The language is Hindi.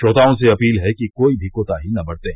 श्रोताओं से अपील है कि कोई भी कोताही न बरतें